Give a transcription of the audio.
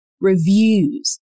reviews